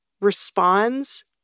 responds